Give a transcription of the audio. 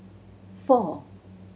four